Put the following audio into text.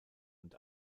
und